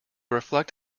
reflect